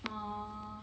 err